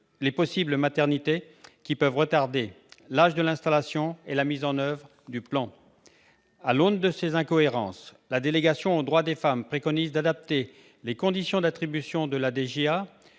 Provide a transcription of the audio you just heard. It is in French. les possibles maternités, qui peuvent retarder l'âge de l'installation et la mise en oeuvre du plan. À l'aune de ces incohérences, la délégation aux droits des femmes préconise d'adapter les conditions d'attribution de la DJA